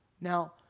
Now